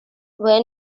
were